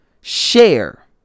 share